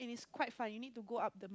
is quite far you need to go up